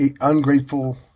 ungrateful